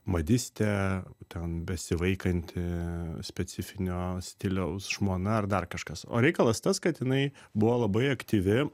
madistė ten besivaikanti specifinio stiliaus žmona ar dar kažkas o reikalas tas kad jinai buvo labai aktyvi